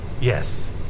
Yes